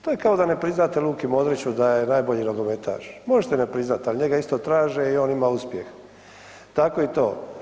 To je kao da ne priznate Luki Modriću da je najbolji nogometaš, možete ne priznat, al njega isto traže i on ima uspjeh, tako i to.